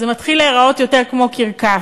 זה מתחיל להיראות יותר כמו קרקס.